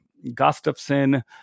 Gustafson